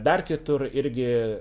dar kitur irgi